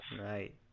Right